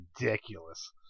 ridiculous